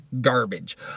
garbage